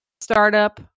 startup